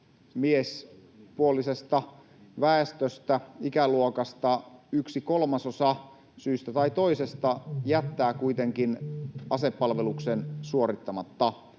miespuolisesta väestöstä, ikäluokasta, yksi kolmasosa syystä tai toisesta jättää kuitenkin asepalveluksen suorittamatta. Mielestäni